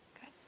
Good